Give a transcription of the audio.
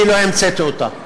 אני לא המצאתי אותה.